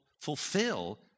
fulfill